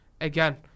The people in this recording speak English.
again